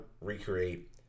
recreate